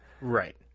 Right